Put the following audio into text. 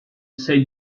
say